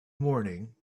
morning